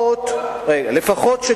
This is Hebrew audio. ברית-המועצות התפרקה.